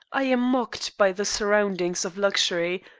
i am mocked by the surroundings of luxury,